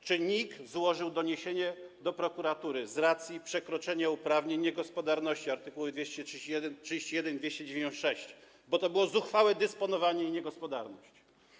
Czy NIK złożył doniesienie do prokuratury z racji przekroczenia uprawnień i niegospodarności, art. 231 i 296, bo to było zuchwałe dysponowanie i niegospodarność.